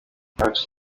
abaca